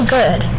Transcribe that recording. good